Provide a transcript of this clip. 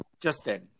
justin